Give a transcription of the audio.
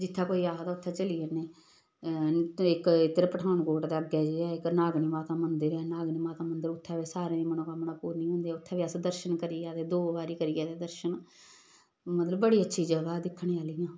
जित्थै कोई आखदा उत्थै चली जन्ने इक इद्धर पठानकोट दे अग्गें जेहा इक नागनी माता मंदर ऐ नागनी माता मंदर उत्थै बी सारें गी मनोकामना पूर्ण होंदे उत्थै बी अस दर्शन करी आए दे दो बारी कर दे दर्शन मतलब बड़ी अच्छी जगह् दिक्खने आह्लियां